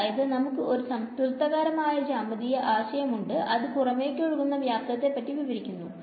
അതായത് നമുക്ക് ഒരു സംതൃപ്തികരമായ ജ്യാമീതീയ ആശയം ഉണ്ട് അത് പുറമേക്ക് ഒഴുകുന്ന വ്യാപ്തത്തെ പറ്റി വിവരിക്കുന്നു